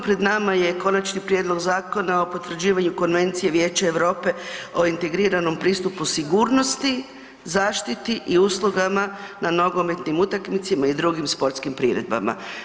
Pred nama je Konačni prijedlog Zakona o potvrđivanju Konvencije Vijeća Europe o integriranom pristupu sigurnosti, zaštiti i uslugama na nogometnim utakmicama i drugim sportskim priredbama.